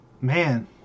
Man